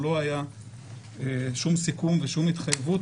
הוא לא היה שום סיכום ושום התחייבות.